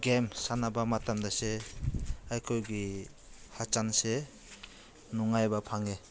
game ꯁꯥꯟꯅꯕ ꯃꯇꯝꯗꯁꯦ ꯑꯩꯈꯣꯏꯒꯤ ꯍꯛꯆꯥꯡꯁꯦ ꯅꯨꯡꯉꯥꯏꯕ ꯐꯪꯉꯦ